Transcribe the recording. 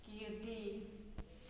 Kirti